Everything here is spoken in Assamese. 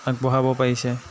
আগবঢ়াব পাৰিছে